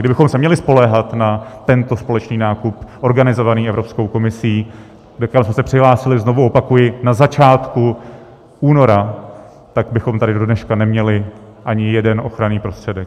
Kdybychom se měli spoléhat na tento společný nákup organizovaný Evropskou komisí říkám, my jsme se přihlásili, znovu opakuji, na začátku února tak bychom tady dodneška neměli ani jeden ochranný prostředek.